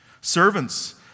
Servants